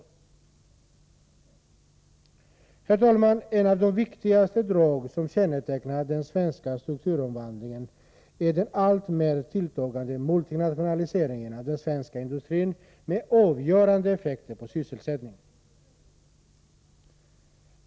Herr talman! Ett av de viktigaste dragen som kännetecknar den svenska strukturomvandlingen är den alltmer tilltagande multinationaliseringen av den svenska industrin, med avgörande effekter på sysselsättningen.